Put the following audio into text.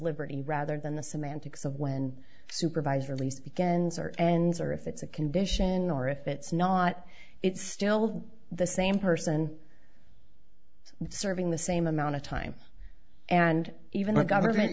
liberty rather than the semantics of when supervisor lease begins or ends or if it's a condition or if it's not it's still the same person serving the same amount of time and even the government